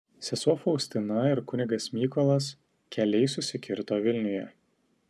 sesuo faustina ir kunigas mykolas keliai susikirto vilniuje